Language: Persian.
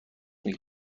میگی